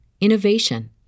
innovation